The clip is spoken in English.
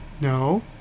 No